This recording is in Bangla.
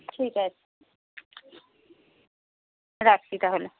ঠিক আছে রাখছি তাহলে